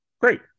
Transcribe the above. great